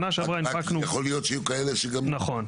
נכון.